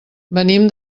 venim